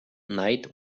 night